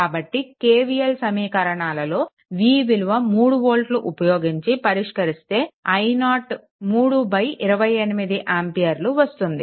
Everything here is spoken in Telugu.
కాబట్టి KVL సమీకరణాలలో v విలువ 3 వోల్ట్లు ఉపయోగించి పరిష్కరిస్తే i0 328 ఆంపియర్లు వస్తుంది